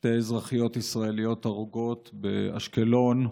שתי אזרחיות ישראליות הרוגות באשקלון,